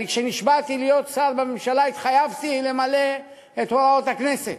כשנשבעתי להיות שר בממשלה התחייבתי למלא את הוראות הכנסת